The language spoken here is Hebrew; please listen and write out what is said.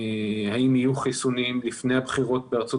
האם יהיו חיסונים לפני הבחירות בארצות